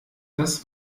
das